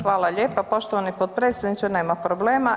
Hvala lijepa poštovani potpredsjedniče, nema problema.